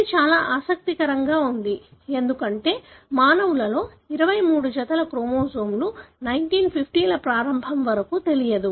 ఇది చాలా ఆసక్తికరంగా ఉంది ఎందుకంటే మానవులలో 23 జతల క్రోమోజోమ్లు 1950 ల ప్రారంభం వరకు తెలియదు